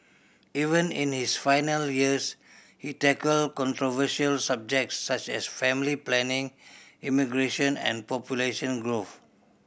even in his final years he tackled controversial subjects such as family planning immigration and population growth